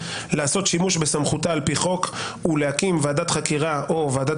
"לעשות שימוש בסמכותה על פי חוק ולהקים ועדת חקירה או ועדת